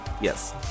Yes